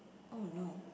oh no